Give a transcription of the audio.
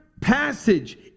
passage